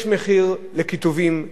יש מחיר לקיטובים,